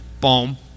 boom